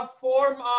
form